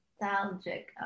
Nostalgic